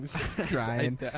crying